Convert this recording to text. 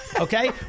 okay